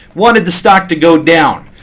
wanted the stock to go down.